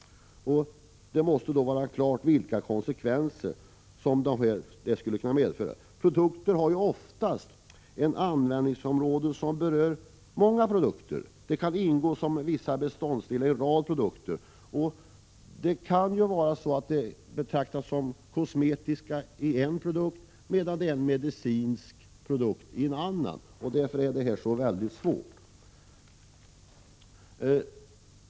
Det måste då stå klart vilka konsekvenserna skulle bli. Produkterna har oftast ett utbrett användningsområde. De kan ingå som beståndsdelar i en rad andra produkter, varav några betraktas som kosmetiska och andra som medicinska. Därför är detta mycket svårt.